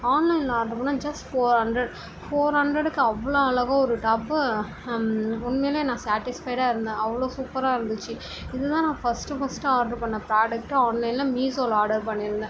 ஆன்லைனில் ஆர்டர் பண்ணால் just four hundred four ஹண்ட்ரடுக்கு அவ்வளோ அழகா ஒரு டாப்பு உண்மையில் நான் சேடிஸ்ஃபைட்டாக இருந்தேன் அவ்வளோ சூப்பராக இருந்துச்சு இது தான் நான் ஃபர்ஸ்ட்டு ஃபர்ஸ்ட்டு ஆர்டர் பண்ண ப்ராடக்ட்டு ஆன்லைனில் மீஷோவில ஆர்டர் பண்ணிருந்தேன்